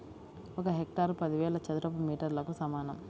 ఒక హెక్టారు పదివేల చదరపు మీటర్లకు సమానం